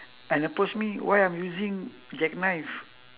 and approach me why I'm using jackknife